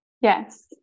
Yes